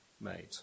made